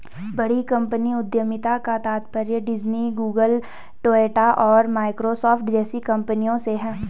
बड़ी कंपनी उद्यमिता का तात्पर्य डिज्नी, गूगल, टोयोटा और माइक्रोसॉफ्ट जैसी कंपनियों से है